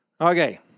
Okay